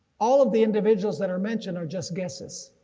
all of the individuals that are mentioned are just guesses,